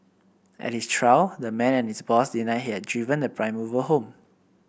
at his trial the man and his boss denied he had driven the prime mover home